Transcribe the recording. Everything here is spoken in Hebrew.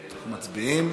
מצביעים.